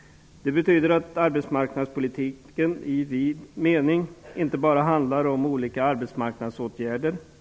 Det betyder att arbetsmarknadspolitiken, i vid mening, inte bara handlar om olika arbetsmarknadsåtgärder.